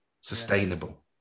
sustainable